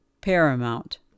paramount